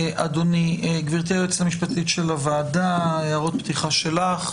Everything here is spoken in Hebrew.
גברתי היועצת המשפטית של הוועדה, הערות פתיחה שלך.